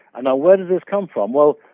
and now where does this come from? well,